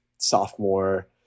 sophomore